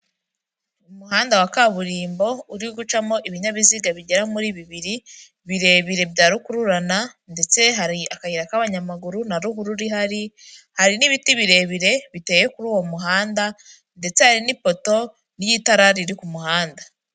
Umuhanda wa kaburimbo uri gucamo ibinyabiziga bigera muri bibiri birebire bya rukururana ndetse hari akayira k'abanyamaguru na ruhurura ihari, hari n'ibiti birebire biteye kuri uwo muhanda ndetse hari n'ipoto ry'itara riri ku muhanda.